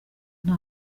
nta